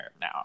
now